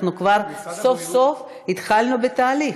אנחנו כבר סוף-סוף התחלנו בתהליך.